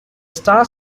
star